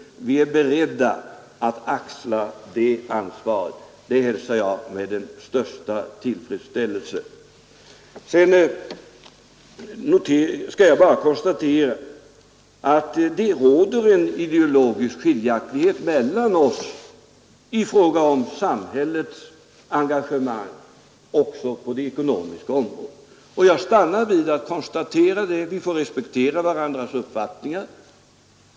Vi är beredda att axla det ansvaret. Det hälsar jag med den största tillfredsställelse. Sedan skall jag bara konstatera att det råder en ideologisk skiljaktighet mellan oss i fråga om samhällets engagemang också på det ekonomiska området. Och jag stannar vid att konstatera det. Vi får respektera varandras uppfattningar.